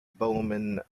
bowman